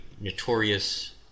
notorious